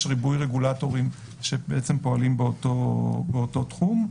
ריבוי רגולטורים שפועלים באותו תחום.